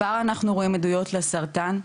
כבר אנחנו רואים עדויות לסרטן,